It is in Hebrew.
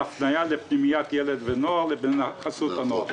ההפניה לפנימיית ילד ונוער לבין ההפניה לחסות הנוער.